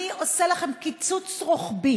אני עושה לכם קיצוץ רוחבי